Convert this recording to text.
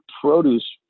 produce